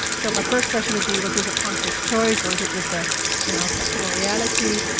so my first question would be was this a conscious choice or is it just ah you know a practical reality?